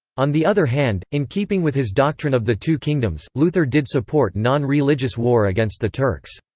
on the other hand, in keeping with his doctrine of the two kingdoms, luther did support non-religious war against the turks.